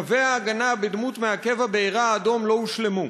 קווי ההגנה בדמות מעכב הבעירה האדום לא הושלמו.